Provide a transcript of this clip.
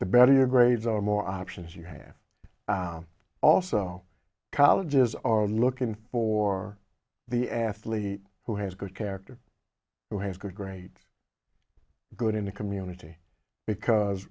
your grades or more options you have also colleges are looking for the athlete who has good character who has good grades good in the community because